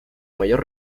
mayor